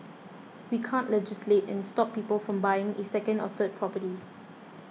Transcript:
we can't legislate and stop people from buying a second or third property